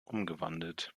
umgewandelt